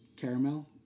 caramel